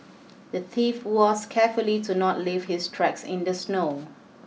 the thief was careful to not leave his tracks in the snow